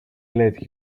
let